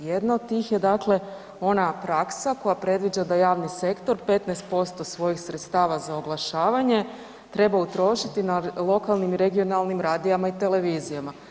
Jedna od tih je dakle ona praksa koja predviđa da javni sektor 15% svojih sredstava za oglašavanje treba utrošiti na lokalnim i regionalnim radijima i televizijama.